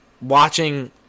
watching